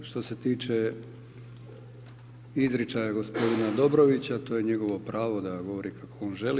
Što se tiče izričaja gospodina Dobrovića to je njegovo pravo da govori kako on želi.